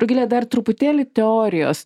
rugile dar truputėlį teorijos